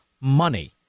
money